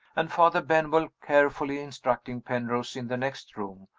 and father benwell, carefully instructing penrose in the next room,